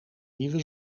nieuwe